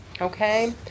okay